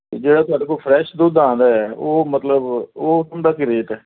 ਅਤੇ ਜਿਹੜਾ ਤੁਹਾਡੇ ਕੋਲ ਫਰੈਸ਼ ਦੁੱਧ ਆਉਂਦਾ ਹੈ ਉਹ ਮਤਲਬ ਉਹ ਉਹਦਾ ਕੀ ਰੇਟ ਹੈ